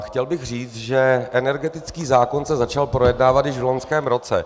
Chtěl bych říci, že energetický zákon se začal projednávat již v loňském roce.